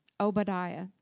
Obadiah